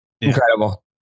Incredible